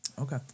Okay